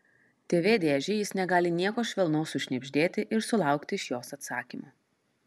tv dėžei jis negali nieko švelnaus sušnibždėti ir sulaukti iš jos atsakymo